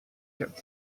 kept